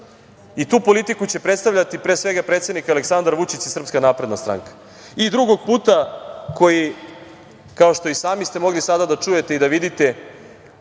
I tu politiku će predstavljati, pre svega, predsednik Aleksandar Vučić i SNS. I drugog puta, koji, kao što i sami ste mogli sada da čujete i da vidite,